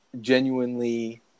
genuinely